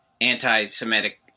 anti-Semitic